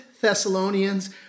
Thessalonians